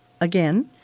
again